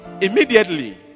Immediately